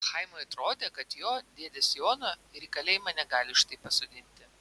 chaimui atrodė kad jo dėdės jono ir į kalėjimą negali už tai pasodinti